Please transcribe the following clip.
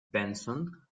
benson